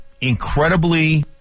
incredibly